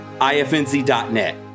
IFNZ.net